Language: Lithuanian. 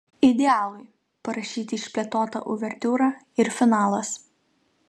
idealui parašyti išplėtota uvertiūra ir finalas